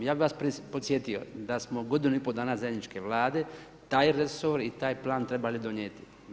Ja bih vas podsjetio da smo godinu i pol dana zajedničke Vlade taj resor i taj Plan trebali donijeti.